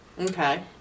Okay